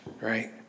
right